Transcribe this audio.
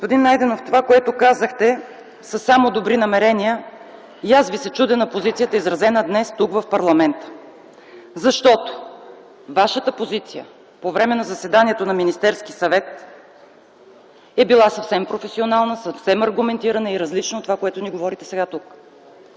Господин Найденов, това, което казахте, са само добри намерения, и аз Ви се чудя на позицията, изразена днес, тук в парламента. Вашата позиция по време на заседанието на Министерския съвет е била съвсем професионална, съвсем аргументирана и различна от това, което ни говорите сега тук.